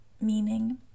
meaning